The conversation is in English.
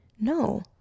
No